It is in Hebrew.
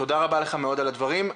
תודה רבה לך מאוד על הדברים.